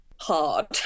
hard